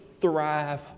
thrive